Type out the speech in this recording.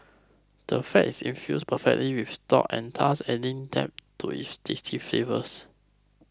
the fat is infused perfectly with the stock and thus adding depth to its tasty flavours